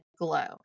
glow